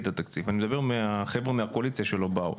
לתקציב אלא אני מדבר מהחבר'ה מהקואליציה שלא באו.